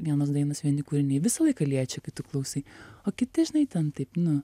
vienos dainos vieni kūriniai visą laiką liečia kai tu klausai o kiti žinai ten taip nu